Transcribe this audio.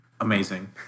Amazing